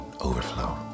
overflow